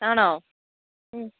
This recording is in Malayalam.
ആണോ മ്